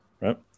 right